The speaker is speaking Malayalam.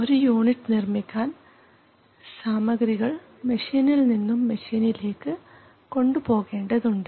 ഒരു യൂണിറ്റ് നിർമിക്കാൻ സാമഗ്രികൾ മെഷീനിൽ നിന്നും മെഷീന്ലേക്ക് കൊണ്ടു പോകേണ്ടതുണ്ട്